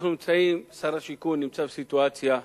אנחנו נמצאים, שר השיכון נמצא בסיטואציה,